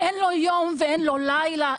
אין לו יום ואין לו לילה,